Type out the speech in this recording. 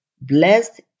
Blessed